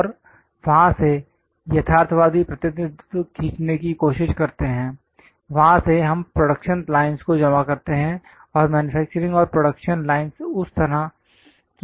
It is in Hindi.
और वहां से यथार्थवादी प्रतिनिधित्व खींचने की कोशिश करते हैं वहां से हम प्रोडक्शन लाइनस् को जमा करते हैं और मैन्युफैक्चरिंग और प्रोडक्शन लाइनस् उस तरह की वस्तु बनाते हैं